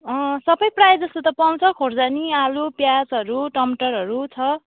सबै प्रायः जस्तो त पाउँछ खुर्सानी आलु प्याजहरू टमाटरहरू छ